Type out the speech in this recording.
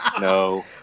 No